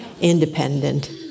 independent